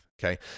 Okay